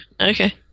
Okay